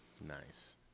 Nice